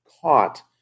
caught